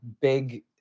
big